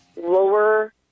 lower